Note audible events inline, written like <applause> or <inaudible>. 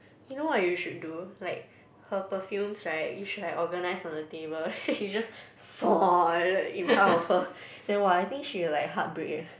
you know what you should do like her perfumes right you should have organized on the table <laughs> then you just <noise> like that in front of her then !wah! I think she'll like heartbreak leh